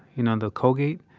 you know, the colgate,